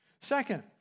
Second